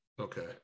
Okay